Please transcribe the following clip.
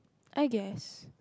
I guess